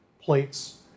plates